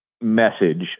message